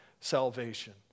salvation